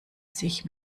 sich